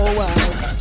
wise